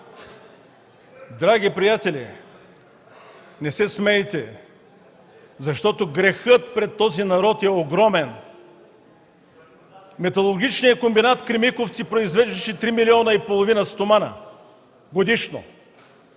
Драги приятели, не се смейте, защото грехът пред този народ е огромен. Металургичният комбинат „Кремиковци” произвеждаше 3,5 млн. тона стомана годишно.